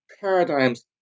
paradigms